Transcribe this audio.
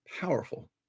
powerful